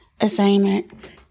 Assignment